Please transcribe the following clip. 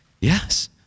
Yes